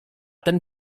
ten